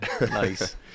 Nice